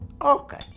Okay